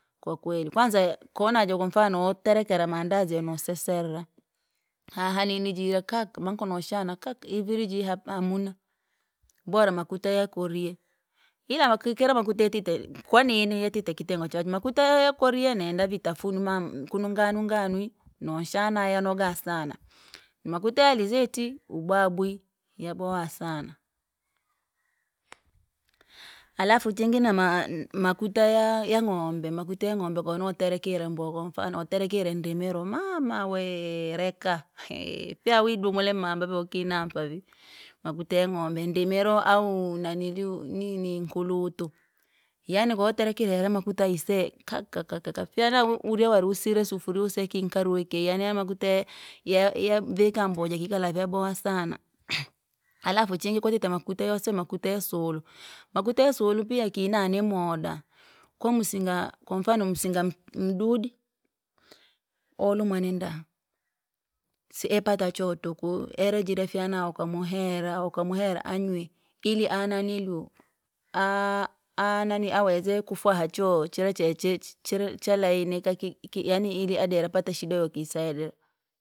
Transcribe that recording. Kwakweri, kwanza ya- konaja kwamfao woterekera maandazi yanosesera, haha nini jira khaka manko noshana khaka iviri jira hamuna, bora makuta ya korie, ila wakikule wakule yatetite kwanini yatite kitengo cha makuta ya ya- korie nenda vitafunwa mamu kunu nganwinganwi noshana yanoga sana. Makuta ya alizeti ubwabwi yaboha sana. Alafu chingi nama namakuta ya- yang’ombe makua yangombe kowaterekira mboga kwamfano waterekire ndimiro mama wee! Reka, fya uwidumule mamba vyewokinampa vii, makuta ya ng’ombe ndimiro au naniliuu nini nkulutu, yani kawaterekire yara makuta aise! Khakhakhaa fyana u- urye wari usire sufurii useye kii nkariuki, yani aya makuta yee- yaa- yavavika mbowa jakikala vyaboha sana. Alafu chingi kwatite makuta yosewa makuta yasulu, makuta ya sulu pia ikina ni moodamada, kwamusinga kwamfano musinga m- mududu, olumwa ni ndaa seipata cho tuku ele jila fyana wakamuhera ukamuhera anywi, ili ananiliuu aaha aaha nanii aweze kufwaha choo chirachee che- chalainika ki- kiyani adirepata shida yokisaidia.